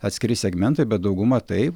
atskiri segmentai bet dauguma taip